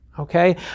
okay